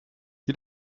you